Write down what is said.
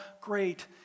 great